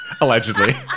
Allegedly